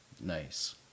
Nice